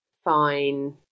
fine